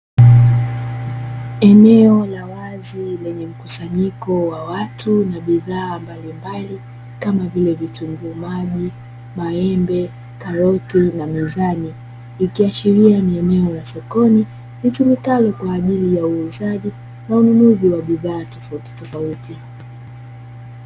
Eneo la wazi lenye mkusanyiko wa watu na bidhaa mbalimbali kama vile Vitunguu maji, Maembe, Karoti na mizani ikiashiria kuwa ni eneo la sokoni litumikalo kwa ajili ya uuzaji na ununuzi wa bidhaa tofautitofauti.